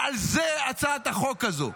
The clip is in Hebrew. ועל זה הצעת החוק הזו.